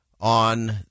on